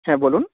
হ্যাঁ বলুন